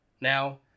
Now